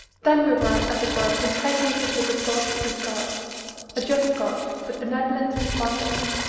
then we were, as it were, impregnated with the thought of god a just god, but benevolent and fatherlike.